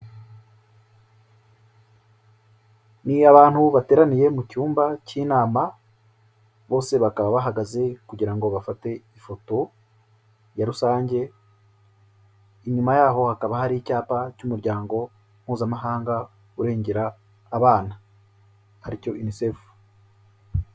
Ni abantu bateraniye mu cyumba cy'inama, bose bakaba bahagaze kugira ngo bafate ifoto ya rusange, inyuma yaho hakaba hari icyapa cy'umuryango mpuzamahanga urengera abana. Ari cyo UNICEF.